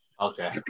Okay